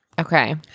Okay